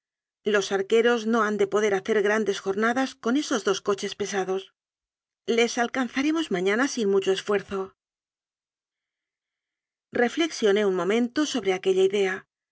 los arqueros no han de poder hacer grandes jomadas con esos dos coches pesados les alcanzaremos mañana sin mu cho esfuerzo reflexioné un momento sobre aquella idea